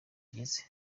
igeze